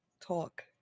talk